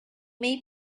may